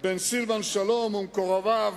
בין סילבן שלום ומקורביו,